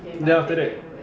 then after that